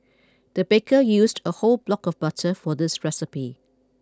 the baker used a whole block of butter for this recipe